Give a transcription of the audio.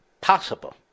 possible